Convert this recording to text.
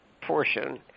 portion